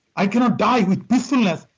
i cannot die with peacefulness.